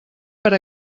per